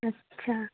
अच्छा